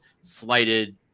slighted